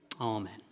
Amen